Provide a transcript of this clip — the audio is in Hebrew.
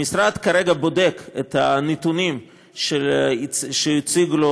המשרד כרגע בודק את הנתונים שהציג לו